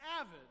avid